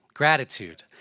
gratitude